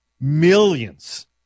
millions